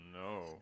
no